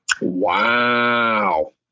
Wow